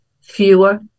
fewer